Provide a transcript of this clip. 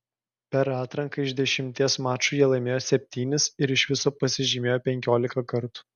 per atranką iš dešimties mačų jie laimėjo septynis ir iš viso pasižymėjo penkiolika kartų